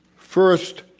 first,